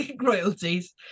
royalties